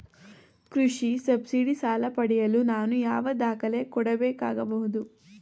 ಕೃಷಿ ಸಬ್ಸಿಡಿ ಸಾಲ ಪಡೆಯಲು ನಾನು ಯಾವ ದಾಖಲೆ ಕೊಡಬೇಕಾಗಬಹುದು?